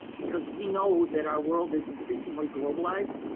because we know that our world is increasingly globalized